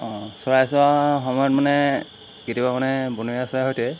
অঁ চৰাই চোৱা সময়ত মানে কেতিয়াবা মানে বনৰীয়া চৰাইৰ সৈতে